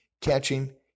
catching